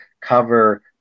cover